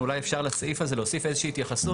אולי אפשר לסעיף הזה להוסיף איזה שהיא התייחסות